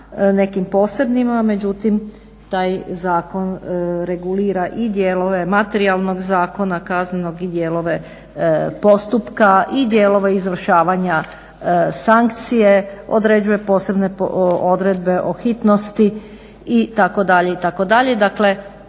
nekim posebnim međutim taj zakon regulira i dijelove materijalnog zakona kaznenog i dijelove postupka i dijelove izvršavanja sankcije, određuje posebne odredbe o hitnosti itd., itd. Dakle,